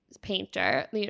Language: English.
painter